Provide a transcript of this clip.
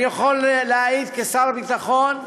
אני יכול להעיד כשר הביטחון,